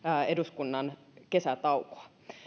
eduskunnan kesätaukoa